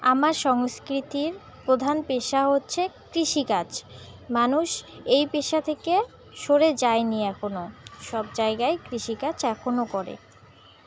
আমার সংস্কৃতির প্রধান পেশা হচ্ছে কৃষিকাজ মানুষ এই পেশা থেকে সরে যায়নি এখনও সব জায়গায় কৃষিকাজ এখনও করে